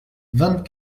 vingt